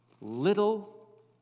Little